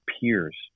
peers